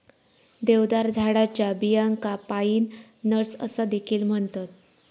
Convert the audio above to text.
देवदार झाडाच्या बियांका पाईन नट्स असा देखील म्हणतत